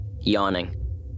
yawning